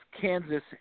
Kansas